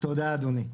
תודה, אדוני.